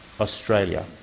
Australia